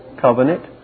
Covenant